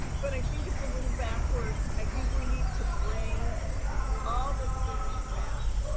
but i think it's a little backwards. i think we need to bring all the students back